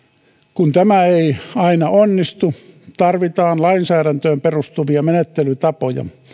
kun tämä ei aina onnistu tarvitaan lainsäädäntöön perustuvia menettelytapoja